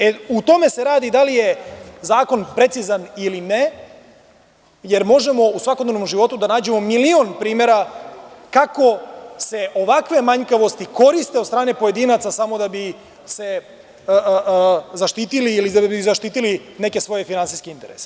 E, u tome se radi da li je zakon precizan ili ne, jer možemo u svakodnevnom životu da nađemo milion primera kako se ovakve manjkavosti koriste od strane pojedinca samo da bi zaštitili, ili da bi zaštitili neke svoje finansijske interese.